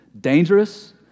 Dangerous